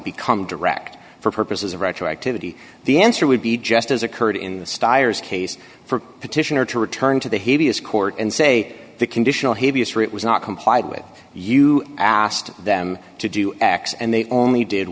become direct for purposes of retroactivity the answer would be just as occurred in the stiers case for petitioner to return to the hideous court and say the conditional havey is for it was not complied with you asked them to do x and they only did